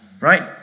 Right